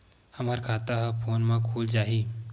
हमर खाता ह फोन मा खुल जाही?